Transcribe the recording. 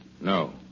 No